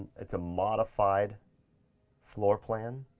it's a modified floor plan.